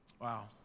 Wow